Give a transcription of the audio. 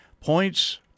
Points